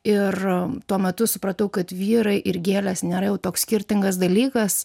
ir tuo metu supratau kad vyrai ir gėlės nėra jau toks skirtingas dalykas